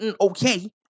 okay